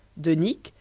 de nick,